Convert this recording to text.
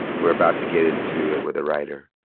we're about to get into it with the writer,